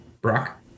Brock